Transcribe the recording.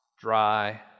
dry